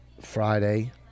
Friday